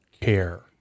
care